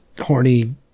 horny